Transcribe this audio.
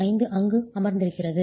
5 அங்கு அமர்ந்திருக்கிறது